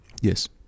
Yes